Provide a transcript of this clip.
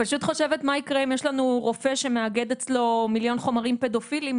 חושבת מה יקרה אם יש לנו רופא שמאגד אצלו מיליון חומרים פדופילים,